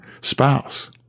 spouse